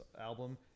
album